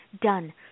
done